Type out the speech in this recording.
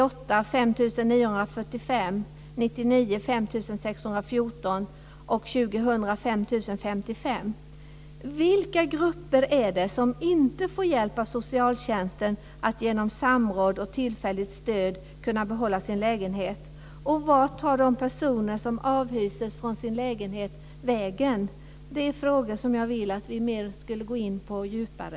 År 1998 var de Vilka grupper är det som inte får hjälp av socialtjänsten att genom samråd och tillfälligt stöd behålla sin lägenhet? Vart tar de personer som avhyses från sin lägenhet vägen? Det är frågor som jag vill att vi går in på djupare.